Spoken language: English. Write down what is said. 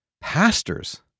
pastors